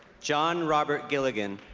john robert gilligan